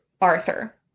Arthur